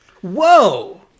Whoa